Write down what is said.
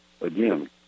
again